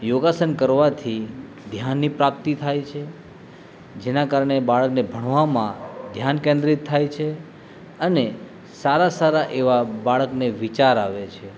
યોગાસન કરવાથી ધ્યાનની પ્રાપ્તિ થાય છે જેના કારણે બાળકને ભણવામાં ધ્યાન કેન્દ્રિત થાય છે અને સારા સારા એવા બાળકને વિચાર આવે છે